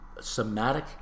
somatic